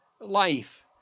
life